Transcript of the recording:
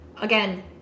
again